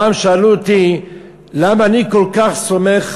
פעם שאלו אותי למה אני כל כך סומך